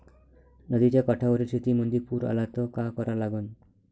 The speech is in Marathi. नदीच्या काठावरील शेतीमंदी पूर आला त का करा लागन?